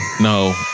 No